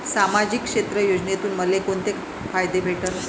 सामाजिक क्षेत्र योजनेतून मले कोंते फायदे भेटन?